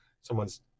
someone's